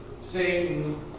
Satan